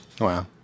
Wow